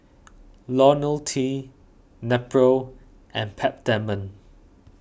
Ionil T Nepro and Peptamen